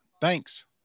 Thanks